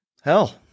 hell